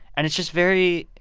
and it's just very